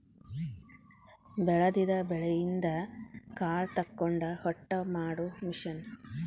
ಬೆಳದಿದ ಬೆಳಿಯಿಂದ ಕಾಳ ತಕ್ಕೊಂಡ ಹೊಟ್ಟ ಮಾಡು ಮಿಷನ್